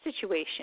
situation